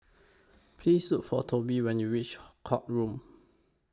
Please Look For Tobe when YOU REACH Court Road